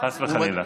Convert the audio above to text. חס וחלילה.